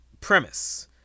Premise